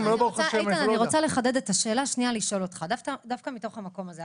אני רוצה לחדד את השאלה ולשאול אותך דווקא מהמקום הזה.